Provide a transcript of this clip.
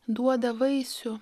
duoda vaisių